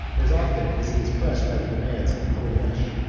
as often as he is pressed by the demands of the koreish,